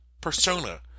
persona